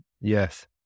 Yes